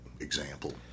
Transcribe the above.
example